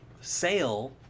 Sale